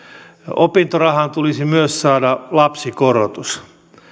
opintorahaan tulisi myös saada lapsikorotus